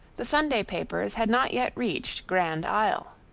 the sunday papers had not yet reached grand isle.